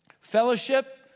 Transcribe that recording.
Fellowship